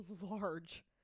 large